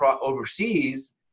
overseas